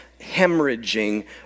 hemorrhaging